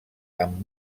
amb